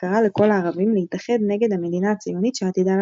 קרא לכל הערבים להתאחד נגד המדינה הציונית שעתידה לקום.